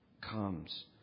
comes